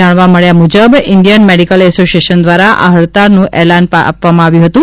જાણવા મળ્યા મુજબ ઇન્ડિયન મેડિકલ એસોસિએશન દ્વારા આ હડતાળનું એલાન આપવામાં આવ્યું હતું